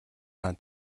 хаан